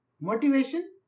Motivation